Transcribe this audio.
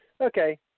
Okay